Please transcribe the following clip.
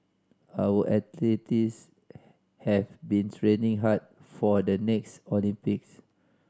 our athletes have been training hard for the next Olympics